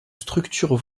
structure